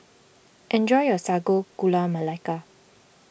enjoy your Sago Gula Melaka